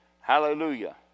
Hallelujah